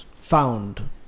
found